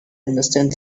understand